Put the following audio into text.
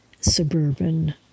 suburban